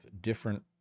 different